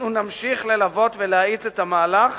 אנו נמשיך ללוות ולהאיץ את המהלך,